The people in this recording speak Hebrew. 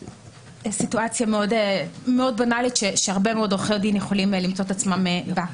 זו סיטואציה מאוד בנאלית שהרבה מאוד עורכי דין יכולים למצוא את עצמם בה.